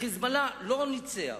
ה"חיזבאללה" לא ניצח,